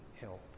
help